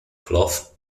cloth